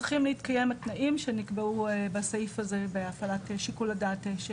צריכים להתקיים התנאים שנקבעו בסעיף הזה בהפעלת שיקול הדעת.